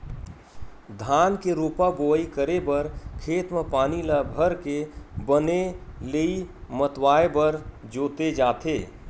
धान के रोपा बोवई करे बर खेत म पानी ल भरके बने लेइय मतवाए बर जोते जाथे